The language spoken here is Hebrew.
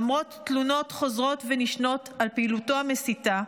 למרות תלונות חוזרות ונשנות על פעילותו המסיתה,